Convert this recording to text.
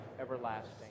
everlasting